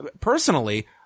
personally